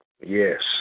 Yes